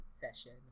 session